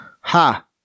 Ha